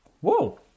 Whoa